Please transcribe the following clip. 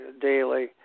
daily